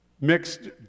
mixed